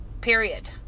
period